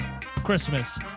Christmas